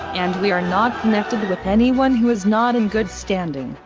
and we are not connected with anyone who is not in good standing.